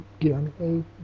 again